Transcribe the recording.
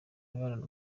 imibonano